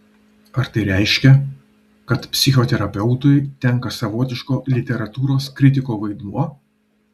ar tai reiškia kad psichoterapeutui tenka savotiško literatūros kritiko vaidmuo